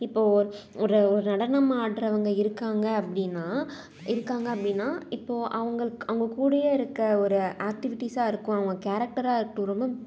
இப்போது ஒரு ஒரு நடனம் ஆடுறவங்க இருக்காங்க அப்படின்னா இருக்காங்க அப்படின்னா இப்போது அவங்களுக்கு அவங்க கூடயே இருக்க ஒரு ஆக்டிவிட்டீஸாக இருக்கும் அவங்க கேரக்டராக இருக்கட்டும் ரொம்ப